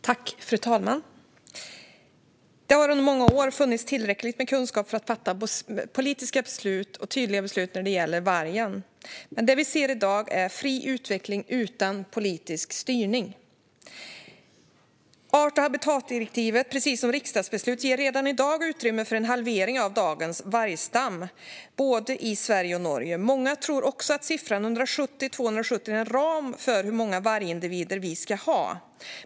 Fru talman! Det har under många år funnits tillräckligt med kunskap för att fatta tydliga politiska beslut när det gäller vargen. Men det som vi ser i dag är fri utveckling utan politisk styrning. Art och habitatdirektivet, liksom riksdagsbeslut, ger redan i dag utrymme för en halvering av dagens vargstam, både i Sverige och i Norge. Många tror också att antalet 170-270 är en ram för hur många vargindivider som vi ska ha.